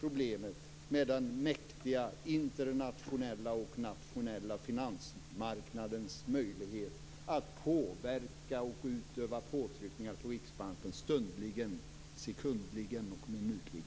problemet med den mäktiga internationella och nationella finansmarknadens möjlighet att påverka och utöva påtryckningar på Riksbanken stundligen, sekundligen och minutligen.